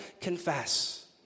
confess